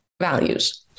values